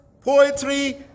poetry